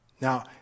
Now